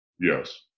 Yes